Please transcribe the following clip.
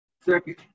second